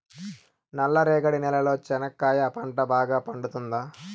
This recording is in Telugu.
నల్ల రేగడి నేలలో చెనక్కాయ పంట బాగా పండుతుందా?